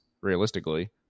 realistically